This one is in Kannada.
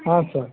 ಹಾಂ ಸರ್